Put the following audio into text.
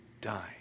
die